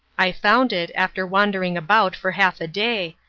i found it after wandering about for half a day,